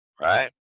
Right